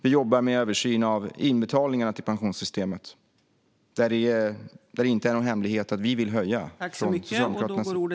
Vi jobbar även med en översyn av inbetalningarna till pensionssystemet. Det är inte någon hemlighet att vi från Socialdemokraternas sida vill höja dem.